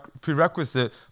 prerequisite